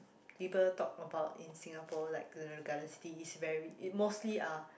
people talk about in Singapore like a garden city is very mostly are